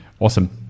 Awesome